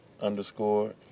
underscore